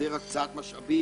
הקצאת משאבים